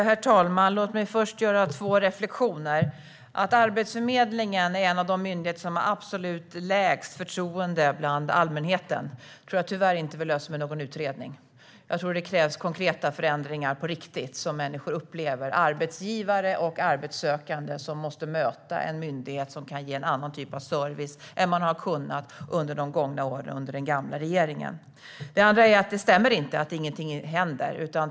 Herr talman! Låt mig först göra två reflektioner. Att Arbetsförmedlingen är en av de myndigheter som har absolut lägst förtroende bland allmänheten tror jag tyvärr inte att vi löser med någon utredning. Jag tror att det krävs konkreta förändringar som människor upplever på riktigt. Det är arbetsgivare och arbetssökande som måste möta en myndighet som kan ge en annan typ av service än Arbetsförmedlingen har kunnat under de gångna åren under den gamla regeringen. Det andra är att det inte stämmer att ingenting händer.